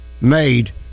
made